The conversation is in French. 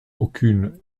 aucune